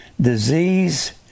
disease